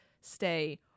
stay